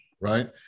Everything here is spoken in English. right